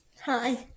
Hi